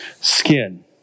skin